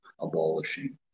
abolishing